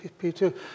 p2